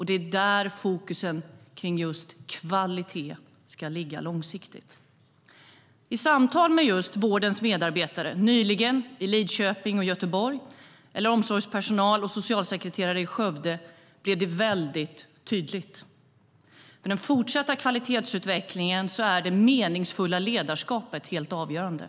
Det är där fokuset kring just kvalitet ska ligga långsiktigt.I samtal med vårdens medarbetare i Lidköping och Göteborg nyligen, eller med omsorgspersonal och socialsekreterare i Skövde, blev det väldigt tydligt. I den fortsatta kvalitetsutvecklingen är det meningsfulla ledarskapet helt avgörande.